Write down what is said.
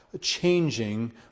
changing